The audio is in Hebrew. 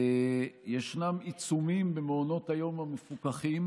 יש עיצומים במעונות היום המפוקחים